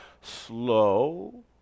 slow